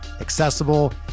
accessible